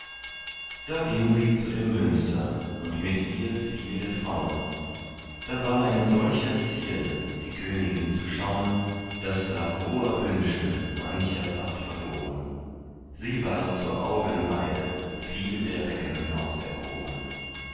da ging sie zu dem münster und mit ihr viel der fraun da war in solcher zierde die königin zu schaun daß da hoher wünsche mancher ward verloren sie war zur augenweide viel der recken auserkoren